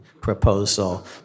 proposal